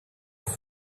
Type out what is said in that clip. such